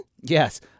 Yes